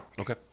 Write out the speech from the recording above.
Okay